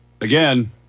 again